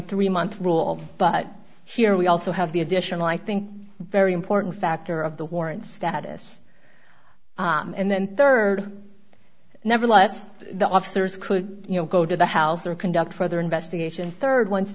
three month rule but here we also have the additional i think very important factor of the warrant status and then rd nevertheless the officers could you know go to the house or conduct further investigation rd once